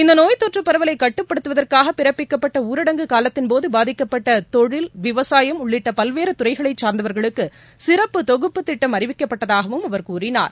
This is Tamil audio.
இந்த நோய் தொற்று பரவலை கட்டுப்படுத்துவதற்காக பிறப்பிக்கப்பட்ட ஊரடங்கு காலத்தின்போது பாதிக்கப்பட்ட தொழில் விவசாயம் உள்ளிட்ட பல்வேறு துறைகளை சார்ந்தவர்களுக்கு சிறப்பு தொக்பபுத் திட்டம் அறிவிக்கப்பட்டதாகவும் அவர் கூறினார்